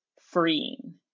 freeing